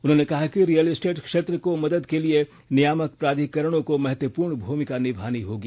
उन्होंने कहा कि रियल एस्टेट क्षेत्र को मदद के लिए नियामक प्राधिकरणों को महत्वपूर्ण भूमिका निभानी होगी